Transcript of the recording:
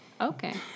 Okay